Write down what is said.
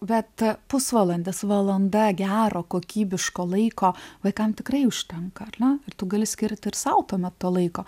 bet pusvalandis valanda gero kokybiško laiko vaikam tikrai užtenka ar ne ir tu gali skirti ir sau tuomet to laiko